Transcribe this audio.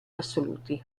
assoluti